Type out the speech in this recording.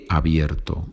abierto